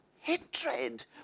hatred